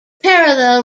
parallel